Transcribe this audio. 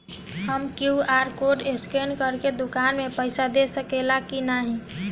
हम QR code scan करके दुकान में पईसा दे सकेला की नाहीं?